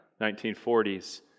1940s